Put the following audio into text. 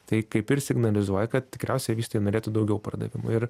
tai kaip ir signalizuoja kad tikriausiai vystytojai norėtų daugiau pardavimų ir